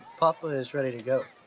papa is ready to go.